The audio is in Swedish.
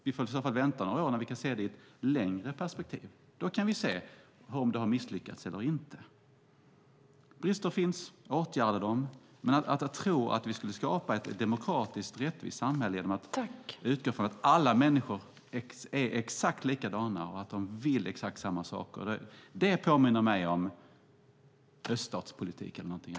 Vi får i så fall vänta några år tills vi kan se det i ett längre perspektiv. Då kan vi se om det har misslyckats eller inte. Brister finns - åtgärda dem! Men att tro att vi skulle skapa ett demokratiskt, rättvist samhälle genom att utgå från att alla människor är exakt likadana och att de vill exakt samma sak, det påminner mig om öststatspolitik eller något sådant.